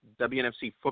wnfcfootball